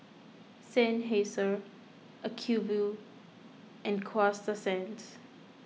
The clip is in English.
Seinheiser Acuvue and Coasta Sands